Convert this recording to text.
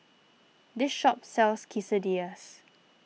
this shop sells Quesadillas